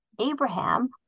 Abraham